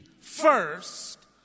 first